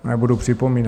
Nebudu připomínat.